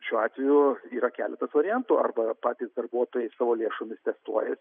šiuo atveju yra keletas variantų arba patys darbuotojai savo lėšomis testuojasi